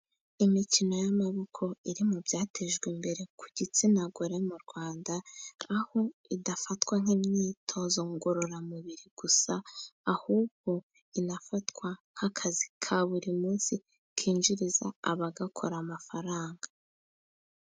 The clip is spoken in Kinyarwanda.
Imikino y'amaboko iri mu byatejwe imbere ku gitsina gore mu Rwanda. Aho idafatwa nk'imyitozo ngororamubiri gusa, ahubwo inafatwa nk'akazi ka buri munsi, kinjiriza abagakora amafaranga.